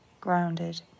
Grounded